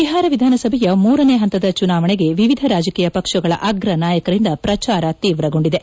ಬಿಹಾರ ವಿಧಾನಸಭೆಯ ಮೂರನೇ ಹಂತದ ಚುನಾವಣೆಗೆ ವಿವಿಧ ರಾಜಕೀಯ ಪಕ್ಷಗಳ ಅಗ್ರ ನಾಯಕರಿಂದ ಪ್ರಚಾರ ತೀವ್ರಗೊಂಡಿದೆ